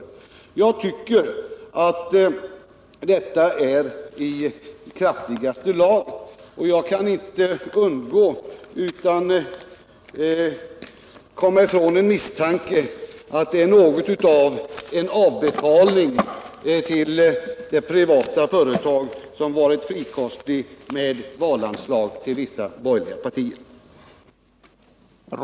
Jag tycker att detta är i kraftigaste laget, och jag kan inte komma ifrån en misstanke att det är något av en avbetalning till det privata företag som varit frikostigt med valanslag till vissa borgerliga partier.